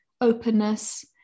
openness